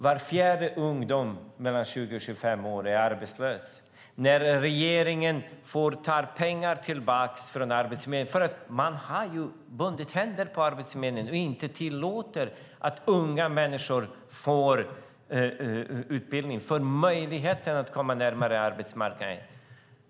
Var fjärde ungdom mellan 20 och 25 år är arbetslös, och regeringen får tillbaka pengar från Arbetsförmedlingen. Man har ju bundit händerna på Arbetsförmedlingen och tillåter inte att unga människor får utbildning och möjlighet att komma närmare arbetsmarknaden.